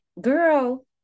girl